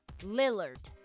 Lillard